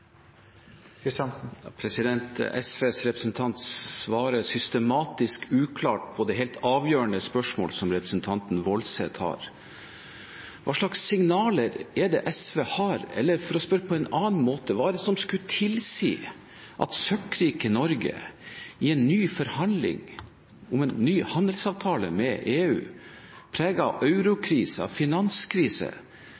Hva slags signaler er det SV har, eller for å spørre på en annen måte: Hva er det som skulle tilsi at søkkrike Norge i en ny forhandling om en ny handelsavtale med EU, preget av